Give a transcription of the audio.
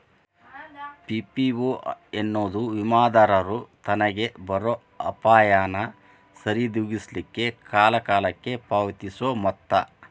PPO ಎನ್ನೊದು ವಿಮಾದಾರರು ತನಗ್ ಬರೊ ಅಪಾಯಾನ ಸರಿದೋಗಿಸ್ಲಿಕ್ಕೆ ಕಾಲಕಾಲಕ್ಕ ಪಾವತಿಸೊ ಮೊತ್ತ